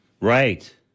Right